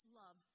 love